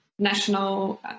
National